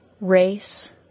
race